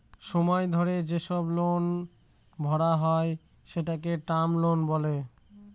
সময় ধরে যেসব লোন ভরা হয় সেটাকে টার্ম লোন বলে